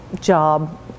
job